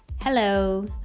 Hello